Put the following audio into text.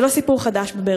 זה לא סיפור חדש בבאר-שבע.